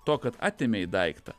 to kad atėmei daiktą